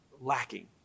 lacking